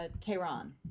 Tehran